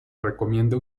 recomienda